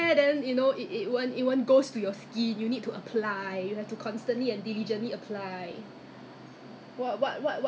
so I think you a bit damp your body a bit damp you squeeze out a little bit on your palm then you just it's it's like just scrub on your whole body then 他就 remove all the dead cell lah